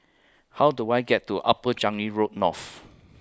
How Do I get to Upper Changi Road North